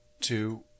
two